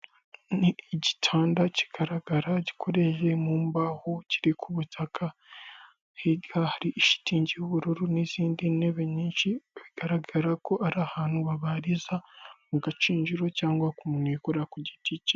Ni igitanda kigaragara gikoreye mu mbaho kiri ku butaka, hirya hari ishitingi y'ubururu n'izindi ntebe nyinshi, bigaragara ko ari ahantu babariza mu gacinjiro cyangwa k'umuntu wikorera ku giti cye.